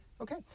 Okay